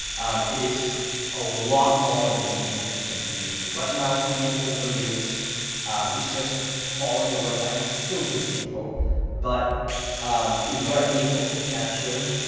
it is a lot more engaging than email. right now, email open rates is just falling over time. it's still good stable but if you are able to capture